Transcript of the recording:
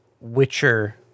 Witcher